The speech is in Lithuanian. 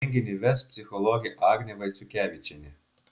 renginį ves psichologė agnė vaiciukevičienė